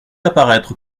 apparaître